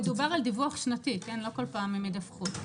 מדובר על דיווח שנתי, לא כל פעם הם ידווחו.